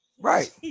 Right